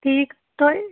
ٹھیٖک تۄہہِ